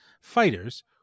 fighters